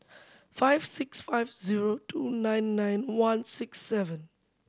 five six five zero two nine nine one six seven